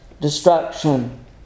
destruction